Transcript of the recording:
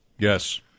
Yes